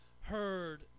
heard